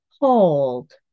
hold